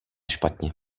špatně